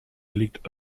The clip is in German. liegt